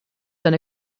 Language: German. eine